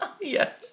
Yes